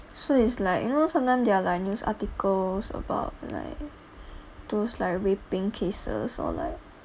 so it's like you know sometimes they're like news articles about like those like raping cases or like